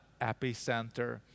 epicenter